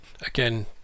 Again